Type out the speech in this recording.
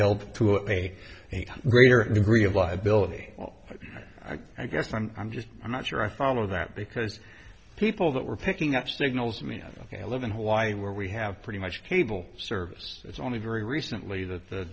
held to a greater degree of liability well i guess i'm i'm just i'm not sure i follow that because people that were picking up signals me ok i live in hawaii where we have pretty much cable service it's only very recently that the